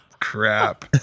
crap